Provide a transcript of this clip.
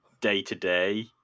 day-to-day